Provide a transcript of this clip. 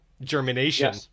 germination